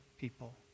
people